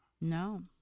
No